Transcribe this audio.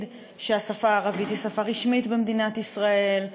שהשפה הערבית היא שפה רשמית במדינת ישראל,